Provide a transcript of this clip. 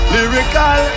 Lyrical